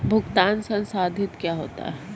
भुगतान संसाधित क्या होता है?